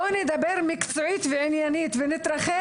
בואו נדבר מקצועית ועניינית ונתרחק